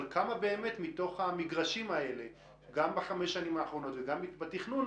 אבל כמה באמת מתוך המגרשים האלה גם בחמש שנים האחרונות וגם בתכנון